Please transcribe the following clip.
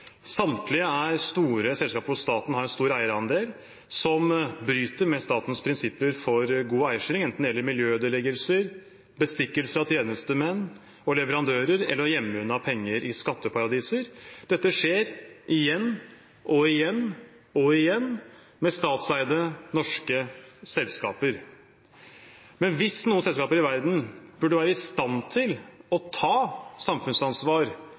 Samtlige er store selskap hvor staten har en stor eierandel, og som bryter med statens prinsipper for god eierstyring, enten det gjelder miljøødeleggelser, bestikkelser av tjenestemenn og leverandører eller å gjemme unna penger i skatteparadiser. Dette skjer igjen og igjen og igjen med statseide norske selskaper. Hvis noen selskaper i verden burde være i stand til å ta samfunnsansvar